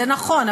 זה נכון,